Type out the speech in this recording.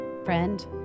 Friend